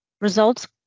Results